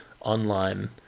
online